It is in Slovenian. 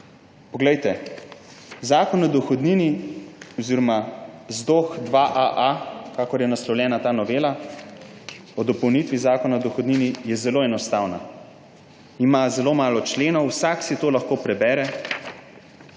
si. Zakon o dohodnini oziroma ZDoh-2AA, kakor je naslovljena ta novela o dopolnitvi Zakona o dohodnini, je zelo enostavna. Ima zelo malo členov, vsak si to lahko prebere,